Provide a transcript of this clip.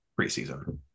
preseason